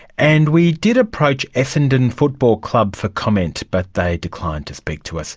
and we did approach essendon football club for comment, but they declined to speak to us.